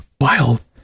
wild